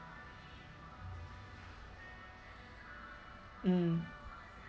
mm